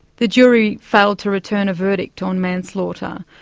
the jury failed to return a verdict on manslaughter.